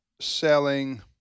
selling